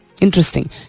interesting